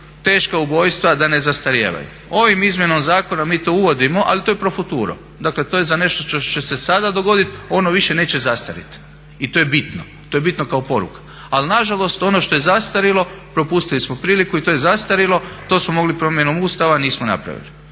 teška ubojstva, da ne zastarijevaju. Ovom izmjenom zakona mi to uvodimo ali to je profuturo, dakle to je za nešto što će se sada dogoditi, ono više neće zastarjeti. I to je bitno, to je bitno kao poruka. Ali nažalost ono što je zastarjelo, propustili smo priliku i to je zastarjelo, to smo mogli promjenom Ustava a nismo napravili.